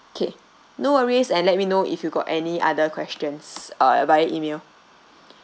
okay no worries and let me know if you got any other questions uh via email